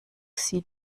sie